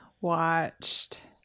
watched